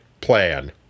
plan